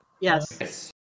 Yes